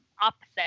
opposite